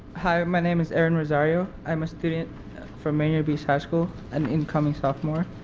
hi my name is aaron rosario, i am a student from rainier beach high school and incoming sophomore.